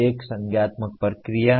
एक संज्ञानात्मक प्रक्रिया है